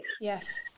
Yes